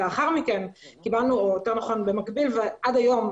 לאחר מכן קיבלנו או במקביל ועד היום,